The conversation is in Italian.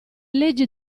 leggi